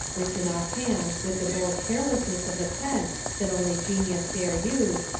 written off hand with the bold carelessness of the pen that only genius dare use,